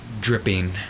dripping